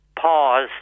pause